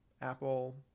apple